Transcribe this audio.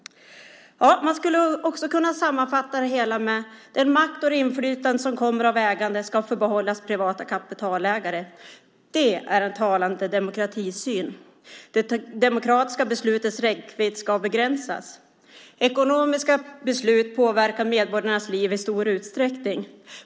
Man skulle också kunna sammanfatta det hela med att den makt och det inflytande som kommer av ägande ska förbehållas privata kapitalägare. Det är en talande demokratisyn! Det demokratiska beslutets räckvidd ska begränsas. Ekonomiska beslut påverkar medborgarnas liv i stor utsträckning.